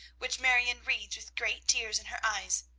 which marion reads with great tears in her eyes.